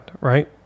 right